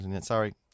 Sorry